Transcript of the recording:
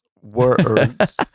words